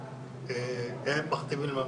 הם מכתיבים את